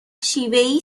شیوهای